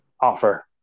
offer